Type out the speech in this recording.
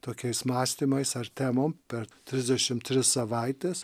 tokiais mąstymais ar temom per trisdešimt trys savaites